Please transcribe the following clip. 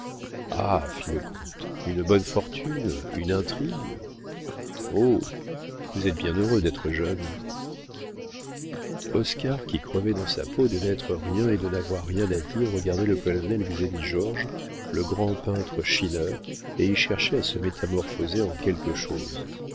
ah fit le comte une bonne fortune une intrigue oh vous êtes bien heureux d'être jeune oscar qui crevait dans sa peau de n'être rien et de n'avoir rien à dire regardait le colonel czerni georges le grand peintre schinner et il cherchait à se métamorphoser en quelque chose